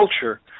culture